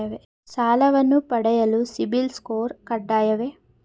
ಸಾಲವನ್ನು ಪಡೆಯಲು ಸಿಬಿಲ್ ಸ್ಕೋರ್ ಕಡ್ಡಾಯವೇ?